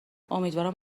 امیدوارم